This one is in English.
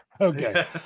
Okay